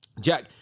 Jack